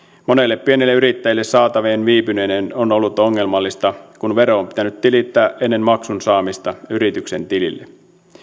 monelle pienelle yrittäjälle saatavien viipyminen on ollut ongelmallista kun vero on pitänyt tilittää ennen maksun saamista yrityksen tilille